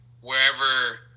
wherever